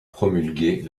promulguée